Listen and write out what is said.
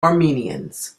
armenians